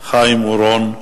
חיים אורון.